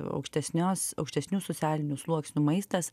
aukštesnios aukštesnių socialinių sluoksnių maistas